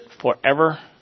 forever